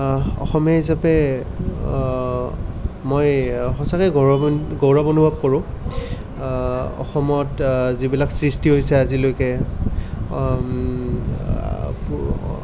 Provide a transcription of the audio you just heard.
অসমীয়া হিচাপে মই সঁচাকৈ গৌৰৱ গৌৰৱ অনুভৱ কৰোঁ অসমত যিবিলাক সৃষ্টি হৈছে আজিলৈকে